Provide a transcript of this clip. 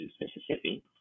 Mississippi